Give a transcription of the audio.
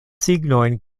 signojn